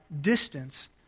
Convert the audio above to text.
distance